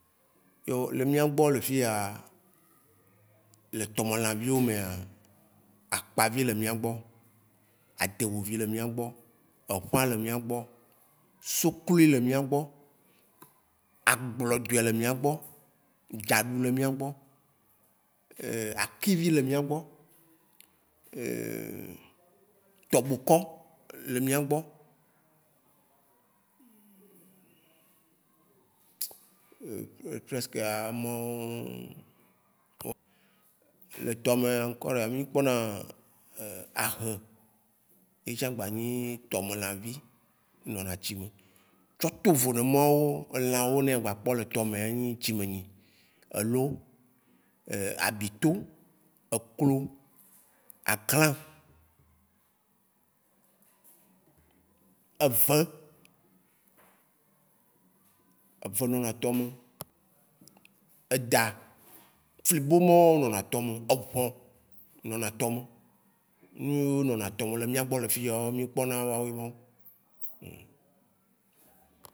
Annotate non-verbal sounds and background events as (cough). Yo! le mia gbɔ le fiyea, le tomelãviwo mea, akpavi le miagbɔ, adewuvi le mia gbɔ, eċ le miagbɔ, soklui le miagbɔ, agblɔɛɖɔe le mía gbɔ, dzaɖu le mia gbɔ, (hesitation) akivi le miagbɔ, tɔbokɔ le miagbɔ. (hesitation) Preskea, emawo, le tomelã ãkɔrea mi kpɔna ahe, etsã gbanyi tomelãvi nɔna tsi me. Tsɔ tovo nɛ emawo, elãwo ne gba kpɔ le tɔmea woe nyi tɔmeny, elo, (hesitation) abito, eklo, aglã, eve, eve nɔna tɔ me; edã, flibomao nɔna tɔ me, eʋɔ̃ nɔna tɔ me, nu yí ne nɔna tɔ me le miagbɔ le fiyea mi kpɔna, woawe nuo.